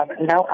No